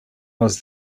was